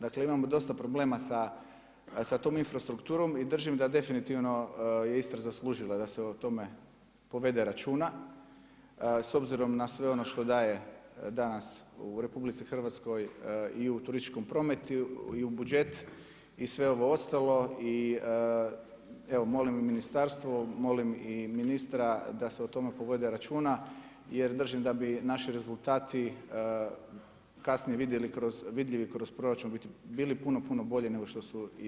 Dakle, imamo dosta problema sa tom infrastrukturom i držim da definitivno je Istra zaslužila da se o tome povede računa, s obzirom na sve ono što daje danas u RH i u turističkom prometu i u budžet i sve ovo ostalo i evo molim ministarstvo molim i ministra da se o tome povode računa, jer držim da bi naši rezultati kasnije vidjeli, kroz proračun, bili puno puno bolji nego što su i danas.